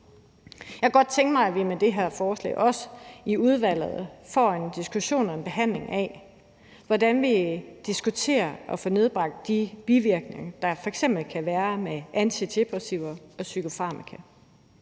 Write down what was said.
godt tænke mig, at vi med det her forslag også i udvalget får en diskussion og en behandling af, hvordan man kan få nedbragt de bivirkninger, der f.eks. kan være ved antidepressiva og psykofarmaka.